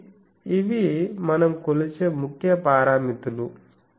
కాబట్టి ఇవి మనం కొలిచే ముఖ్య పారామితులు